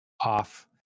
off